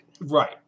Right